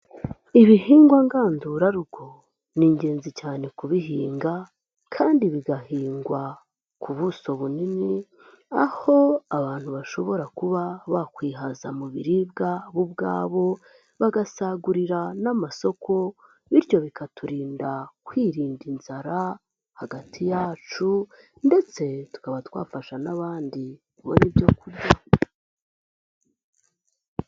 ibihingwa ngandurarugo ni ingenzi cyane kubihinga, kandi bigahingwa ku buso bunini. Aho abantu bashobora kuba bakwihaza mu biribwa bo ubwabo bagasagurira n'amasoko. Bityo bikaturinda kwirinda inzara hagati yacu ndetse tukaba twafasha n'abandi gukora ibyoku kurya.